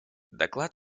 доклад